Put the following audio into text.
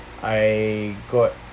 I got